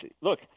Look